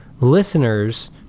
listeners